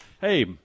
Hey